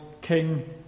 king